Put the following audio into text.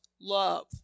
love